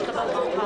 לכן,